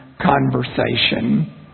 conversation